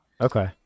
Okay